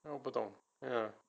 我不懂 ya